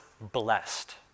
blessed